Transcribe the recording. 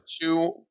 two